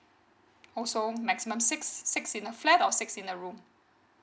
also maximum six six in a flat or six in a room